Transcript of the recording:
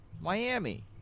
Miami